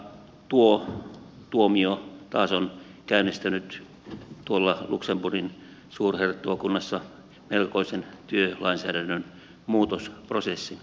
tuo tuomio taas on käynnistänyt tuolla luxemburgin suurherttuakunnassa melkoisen työlainsäädännön muutosprosessin